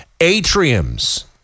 atriums